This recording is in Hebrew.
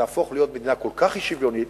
תהפוך להיות מדינה כל כך אי-שוויונית,